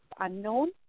unknown